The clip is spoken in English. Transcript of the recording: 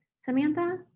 samantha?